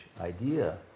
idea